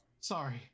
sorry